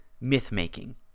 myth-making